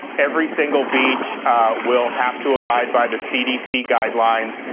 every single beach will have to abide by the cdc guidelines.